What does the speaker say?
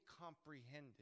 comprehended